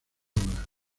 obra